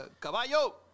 Caballo